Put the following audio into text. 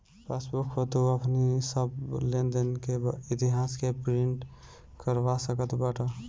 passbook पअ तू अपनी सब लेनदेन के इतिहास के प्रिंट करवा सकत बाटअ